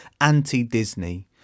Anti-Disney